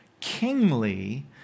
kingly